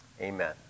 Amen